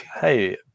hey